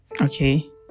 okay